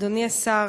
אדוני השר,